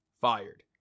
fired